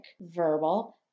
verbal